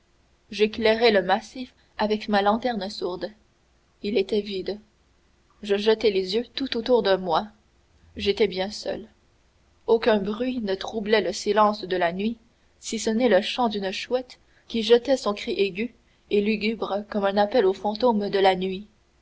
j'éclairai le massif avec ma lanterne sourde il était vide je jetai les yeux tout autour de moi j'étais bien seul aucun bruit ne troublait le silence de la nuit si ce n'est le chant d'une chouette qui jetait son cri aigu et lugubre comme un appel aux fantômes de la nuit